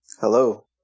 Hello